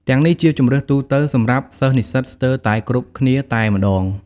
ទាំងនេះជាជម្រើសទូទៅសម្រាប់សិស្សនិស្សិតស្ទើរតែគ្រប់គ្នាតែម្តង។